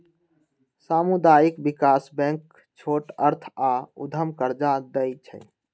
सामुदायिक विकास बैंक छोट अर्थ आऽ उद्यम कर्जा दइ छइ